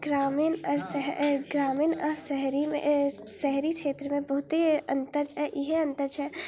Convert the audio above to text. ग्रामीण अर सहग्रामीण आओर शहरीमे इएह अन्तर छै शहरी क्षेत्रमे बहुते अन्तर इएह अन्तर छै